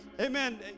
Amen